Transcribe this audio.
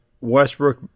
Westbrook